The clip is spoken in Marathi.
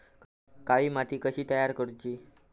काळी माती कशी तयार करूची?